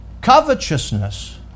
Covetousness